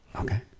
okay